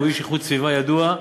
הוא איש איכות סביבה ידוע,